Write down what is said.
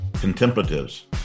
contemplatives